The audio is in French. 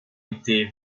était